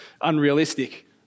unrealistic